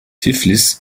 tiflis